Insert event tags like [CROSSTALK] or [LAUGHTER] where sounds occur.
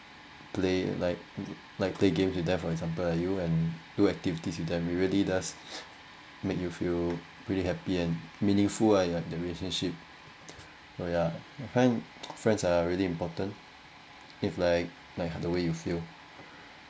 play like like play games with them for example like you and do activities with them it really does make you feel really happy and meaningful ah ya the relationship so ya I find [NOISE] friends are really important if like like ah the way you feel